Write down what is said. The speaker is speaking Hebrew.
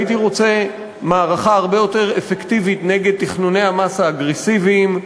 הייתי רוצה מערכה הרבה יותר אפקטיבית נגד תכנוני המס האגרסיביים,